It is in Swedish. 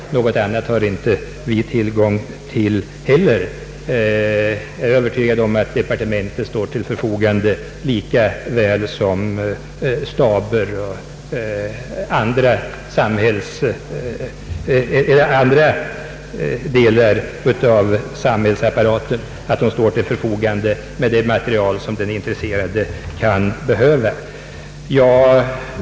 Något annat har inte vi tillgång till heller. Jag är övertygad om att departementet lika väl som staber och andra delar av samhällsapparaten står till förfogande med det material som den intresserade kan behöva.